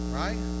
right